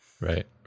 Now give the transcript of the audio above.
Right